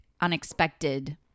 unexpected